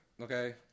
okay